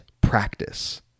practice